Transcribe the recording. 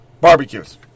barbecues